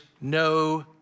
no